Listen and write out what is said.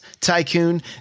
Tycoon